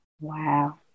Wow